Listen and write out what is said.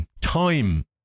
time